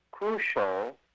Crucial